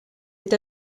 est